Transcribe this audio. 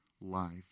life